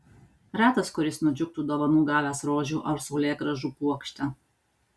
retas kuris nudžiugtų dovanų gavęs rožių ar saulėgrąžų puokštę